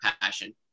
passion